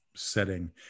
setting